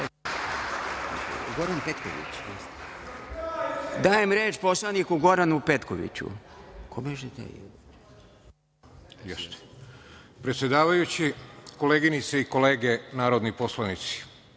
reč poslaniku Goranu Petkoviću.